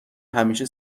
همیشه